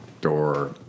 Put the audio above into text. door